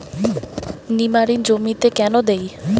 নিমারিন জমিতে কেন দেয়?